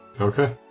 Okay